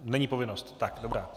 Není povinnost, tak dobrá.